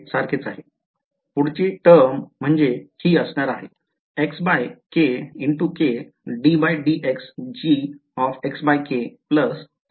लिहू शकतो तर ते सारखेच आहे